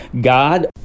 God